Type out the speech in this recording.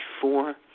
four